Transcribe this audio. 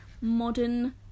modern